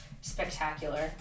spectacular